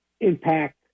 impact